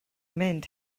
mynd